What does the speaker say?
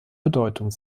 bedeutung